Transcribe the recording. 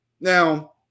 Now